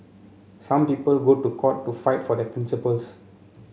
some people go to court to fight for their principles